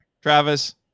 Travis